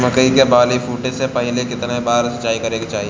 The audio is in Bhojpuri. मकई के बाली फूटे से पहिले केतना बार सिंचाई करे के चाही?